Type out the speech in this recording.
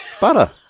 Butter